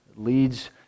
Leads